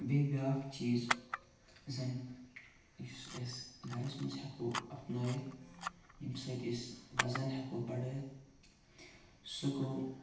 بیٚیہِ بیاکھ چیٖز زَن یُس أسۍ گَرَس مَنٛز ہیٚکو اَپنٲیِتھ ییٚمہِ سۭتۍ أسۍ وَزَن ہیٚکو بَڑٲیِتھ سُہ گوٚو